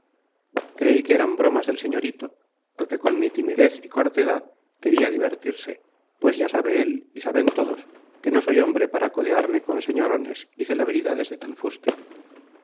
creí que eran bromas del señorito o que con mi timidez y cortedad quería divertirse pues ya sabe él y saben todos que no soy hombre para codearme con señorones y celebridades de tal fuste